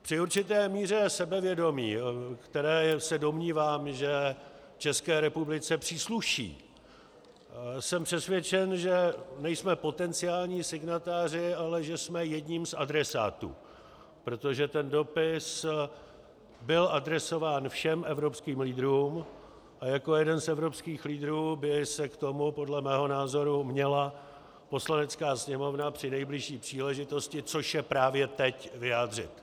Při určité míře sebevědomí, které se domnívám, že České republice přísluší, jsem přesvědčen, že nejsme potenciální signatáři, ale že jsme jedním z adresátů, protože ten dopis byl adresován všem evropským lídrům, a jako jeden z evropských lídrů by se k tomu, podle mého názoru, měla Poslanecká sněmovna při nejbližší příležitosti, což je právě teď, vyjádřit.